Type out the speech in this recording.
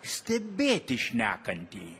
stebėti šnekantį